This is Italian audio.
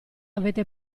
avete